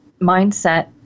mindset